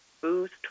Boost